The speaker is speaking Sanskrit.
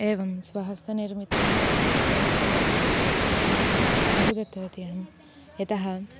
एवं स्वहस्तनिर्मितं करकुशलवस्तून् बहु दत्तवती अहं यतः